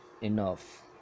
enough